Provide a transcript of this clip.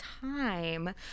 time